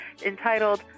entitled